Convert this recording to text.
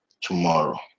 tomorrow